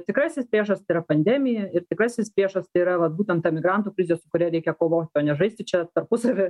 tikrasis priešas tai yra pandemija ir tikrasis priešas tai yra vat būtent ta migrantų krizė su kuria reikia kovot o nežaisti čia tarpusavy